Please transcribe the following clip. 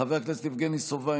חבר הכנסת יבגני סובה,